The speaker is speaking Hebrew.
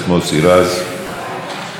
כשאתה אומר שזה בתוך היחידה,